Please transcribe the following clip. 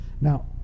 Now